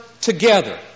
together